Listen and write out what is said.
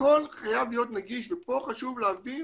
הכל חייב להיות נגיש ופה חשוב להבין